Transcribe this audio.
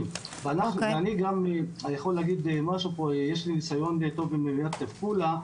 ואני גם יכול להגיד שיש לי ניסיון טוב מעיר עפולה,